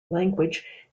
language